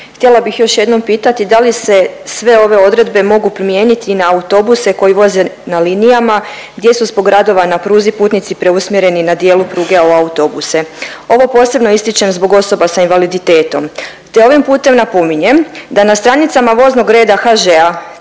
Htjela bih još jednom pitati da li se sve ove odredbe mogu primijeniti na autobuse koji voze na linijama gdje su zbog radova na pruzi putnici preusmjereni na dijelu pruge u autobuse? Ovo posebno ističem zbog osoba sa invaliditetom te ovim putem napominjem da na stranicama voznog reda HŽ-a